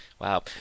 Wow